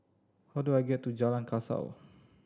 how do I get to Jalan Kasau